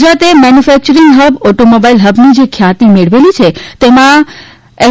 ગુજરાતે manufacturing hub automobile હબની જે ખ્યાતિ મેળવેલી છે તેમાં આ એફ